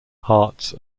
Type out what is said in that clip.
hearts